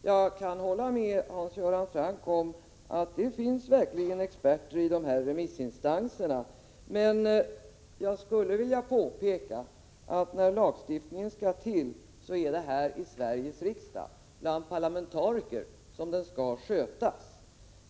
Jag kan hålla med Hans Göran Franck om att det verkligen finns experter i dessa remissinstanser, men jag skulle vilja påpeka att när lagstiftning skall till är det här i Sveriges riksdag, bland parlamentariker, som den skall skötas.